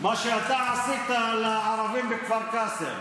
--- ליהודים --- מה שאתה עשית לערבים בכפר קאסם.